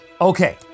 Okay